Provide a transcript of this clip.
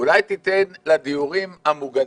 אולי תיתן לדיורים המוגנים,